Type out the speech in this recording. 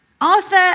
Arthur